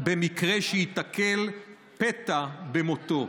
במקרה שייתקל פתע במותו"